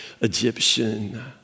Egyptian